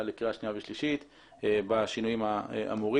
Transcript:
לקריאה שנייה ושלישית בשינויים האמורים.